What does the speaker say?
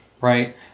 right